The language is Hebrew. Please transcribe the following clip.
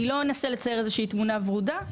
אני לא אנסה לצייר איזו שהיא תמונה ורודה,